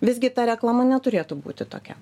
visgi ta reklama neturėtų būti tokia